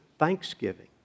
thanksgiving